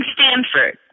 Stanford